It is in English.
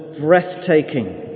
breathtaking